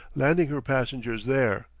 landing her passengers there,